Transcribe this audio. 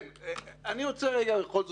אני רוצה להתעקש,